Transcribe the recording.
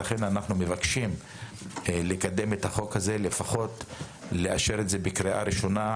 לכן אנחנו מבקשים לקדם את החוק או לפחות לאשר אותו בקריאה ראשונה,